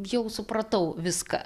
jau supratau viską